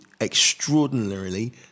extraordinarily